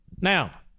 Now